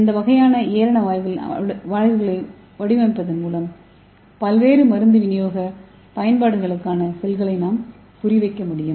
இந்த வகையான ஏரண வாயில்களை வடிவமைப்பதன் மூலம் பல்வேறு மருந்து விநியோக பயன்பாடுகளுக்கான செல்களை நாம் குறிவைக்க முடியும்